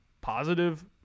positive